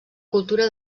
cultura